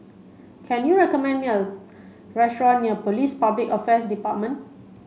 can you recommend me a restaurant near Police Public Affairs Department